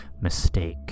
mistake